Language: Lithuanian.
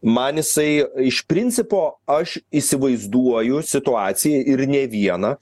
man jisai iš principo aš įsivaizduoju situaciją ir ne vieną